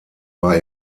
war